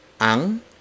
ang